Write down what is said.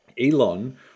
Elon